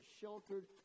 sheltered